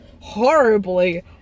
horribly